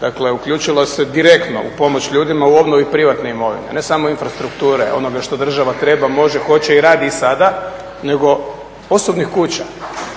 Dakle, uključila se direktno u pomoć ljudima u obnovi privatne imovine, ne samo infrastrukture onoga što država treba, može, hoće i radi i sada, nego osobnih kuća.